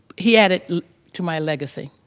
he added to my legacy,